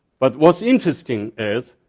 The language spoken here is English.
but what's interesting is,